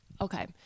okay